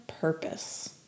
purpose